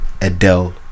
Adele